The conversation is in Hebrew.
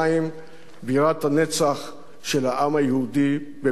בירת הנצח של העם היהודי, במלחמת השחרור,